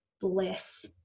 bliss